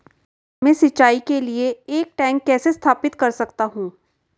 मैं सिंचाई के लिए एक टैंक कैसे स्थापित कर सकता हूँ?